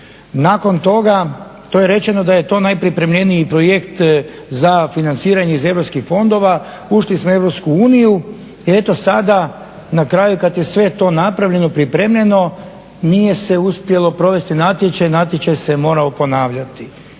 Nakon toga to je rečeno da je to najpripremljeniji projekt za financiranje iz europskih fondova. Ušli smo u EU i eto sada na kraju kad je sve to napravljeno, pripremljeno nije se uspjelo provesti natječaj, natječaj se morao ponavljati.